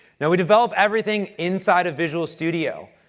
now, we develop everything inside of visual studio.